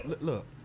Look